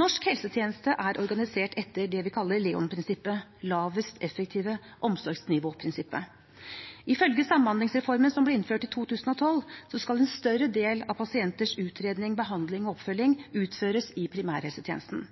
Norsk helsetjeneste er organisert etter det vi kaller LEON-prinsippet, lavest effektive omsorgsnivå-prinsippet. Ifølge samhandlingsformen, som ble innført i 2012, skal en større del av pasienters utredning, behandling og oppfølging utføres i primærhelsetjenesten.